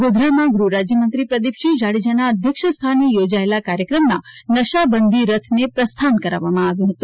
ગોધરામાં ગૃહરાજયમંત્રી પ્રદીપસિંહ જાડેજાના અધ્યક્ષસ્થાને યોજાયેલા કાર્યક્રમમાં નશાબંધી રથને પ્રસ્થાન કરાવવામાં આવ્યો હતો